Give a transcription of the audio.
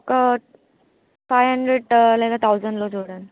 ఒక five hundred లేదా థౌజండ్లో చూడండి